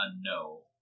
no